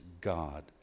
God